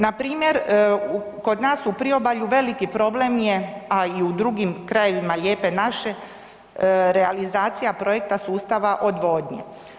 Npr. kod nas u priobalju veliki problem je a i u drugim krajevima Lijepe naše, realizacije projekta sustava odvodnje.